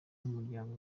nk’umuryango